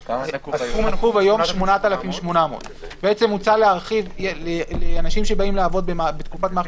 הסכום הנקוב היום הוא 8,800. לאנשים שבאים לעבוד בתקופת מערכת